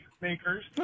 makers